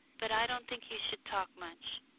but i don't think you should talk much.